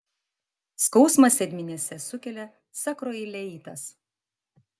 skausmą sėdmenyse sukelia sakroileitas